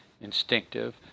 Instinctive